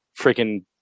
freaking